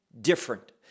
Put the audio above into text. different